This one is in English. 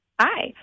Hi